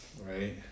right